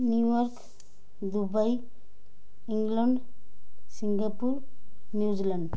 New York Dubai England Singapore New Zealand